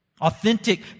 Authentic